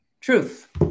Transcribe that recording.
truth